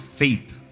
faith